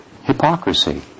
hypocrisy